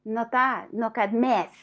nu tą nu kad mes kad